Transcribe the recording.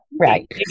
right